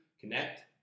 connect